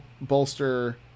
bolster